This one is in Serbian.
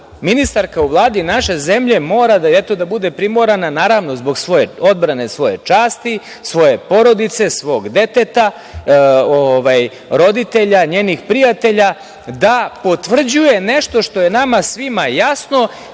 ministarka u Vladi naše zemlje mora da bude primorana, naravno, zbog odbrane svoje časti, svoje porodice, svog deteta, roditelja, njenih prijatelja da potvrđuje nešto što je nama svima jasno,